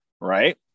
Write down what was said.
right